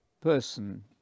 person